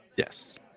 Yes